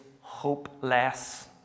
hopeless